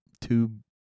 tube